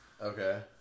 Okay